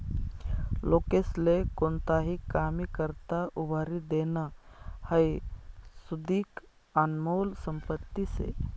लोकेस्ले कोणताही कामी करता उभारी देनं हाई सुदीक आनमोल संपत्ती शे